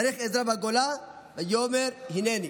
צריך עזרה בגולה, ויאמר: הינני.